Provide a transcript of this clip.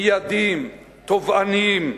מיידיים, תובעניים,